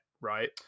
right